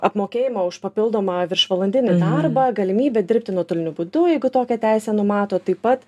apmokėjimą už papildomą viršvalandinį darbą galimybė dirbti nuotoliniu būdu jeigu tokią teisę numato taip pat